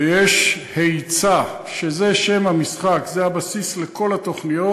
ויש היצע, שזה שם המשחק, זה, הבסיס לכל התוכניות